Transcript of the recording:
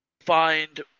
find